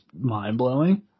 mind-blowing